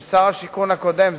עם שר השיכון הקודם,